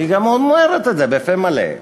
היא גם אומרת את זה בפה מלא,